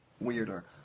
weirder